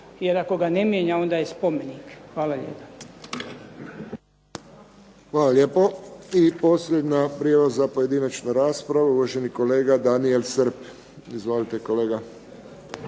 jer ako ga ne mijenja onda je spomenik. Hvala. **Friščić, Josip (HSS)** Hvala lijepo. I posljednja prijava za pojedinačnu raspravu, uvaženi kolega Daniel Srb. Izvolite kolega.